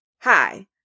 Hi